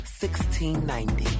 1690